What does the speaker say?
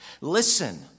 Listen